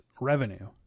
revenue